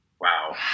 Wow